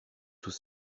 tout